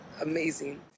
amazing